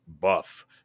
buff